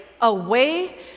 away